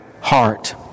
heart